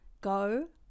go